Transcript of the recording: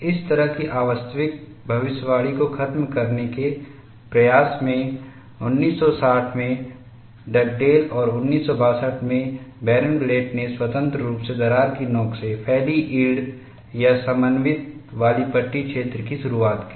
इस तरह की अवास्तविक भविष्यवाणी को खत्म करने के प्रयास में 1960 में डगडेल और 1962 में बर्नब्लैट ने स्वतंत्र रूप से दरार की नोक से फैली यील्ड या समन्वित वाली पट्टी क्षेत्र की शुरुआत की